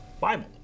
Bible